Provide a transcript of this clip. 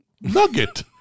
nugget